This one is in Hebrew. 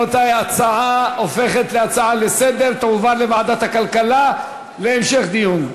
ההצעה הופכת להצעה לסדר-היום ותועבר לוועדת הכלכלה להמשך דיון.